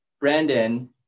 Brandon